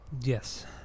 Yes